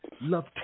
Love